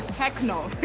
heck, no.